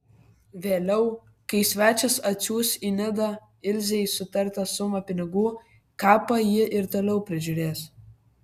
vėliau kai svečias atsiųs į nidą ilzei sutartą sumą pinigų kapą ji ir toliau prižiūrės